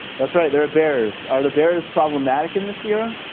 that's right. there are bears. are the bears problematic in the sierra?